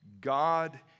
God